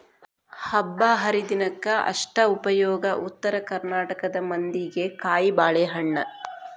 ಹಬ್ಬಾಹರಿದಿನಕ್ಕ ಅಷ್ಟ ಉಪಯೋಗ ಉತ್ತರ ಕರ್ನಾಟಕ ಮಂದಿಗೆ ಕಾಯಿಬಾಳೇಹಣ್ಣ